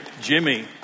Jimmy